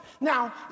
Now